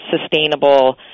sustainable